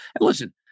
listen